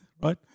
Right